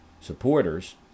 supporters